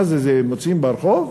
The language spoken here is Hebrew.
מה זה, זה מוצאים ברחוב?